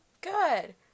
good